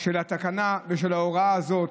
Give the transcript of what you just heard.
של התקנה ושל ההוראה הזאת,